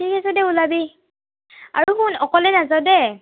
ঠিক আছে দে ওলাবি আৰু শুন অকলে নাযাওঁ দেই